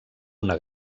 una